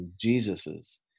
Jesus's